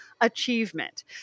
achievement